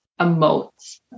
emotes